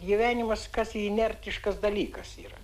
gyvenimas kas inertiškas dalykas yra